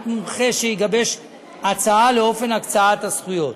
מומחה שיגבש הצעה לאופן הקצאת הזכויות.